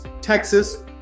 Texas